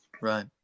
Right